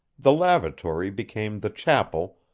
the lavatory became the chapel,